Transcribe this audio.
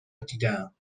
دیدم